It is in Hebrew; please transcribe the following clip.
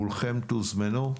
כולכם תוזמנו.